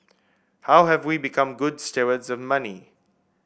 how have we become good stewards of money